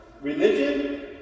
religion